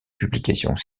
publications